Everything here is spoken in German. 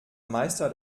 meister